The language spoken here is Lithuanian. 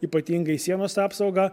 ypatingai sienos apsaugą